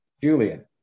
Julian